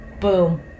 Boom